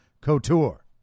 couture